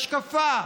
השקפה,